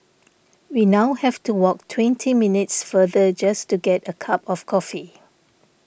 we now have to walk twenty minutes farther just to get a cup of coffee